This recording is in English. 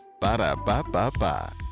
Ba-da-ba-ba-ba